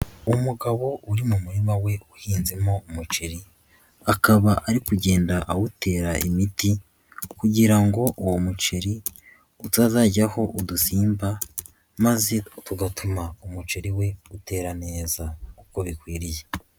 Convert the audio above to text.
Umugabo uri mu murima we uhinzemo umuceri akaba ari kugenda awutera imiti kugira ngo uwo muceri utazajyaho udusimba maze tugatuma umuceri we utera neza uko bikwiriye.